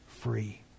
free